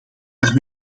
daar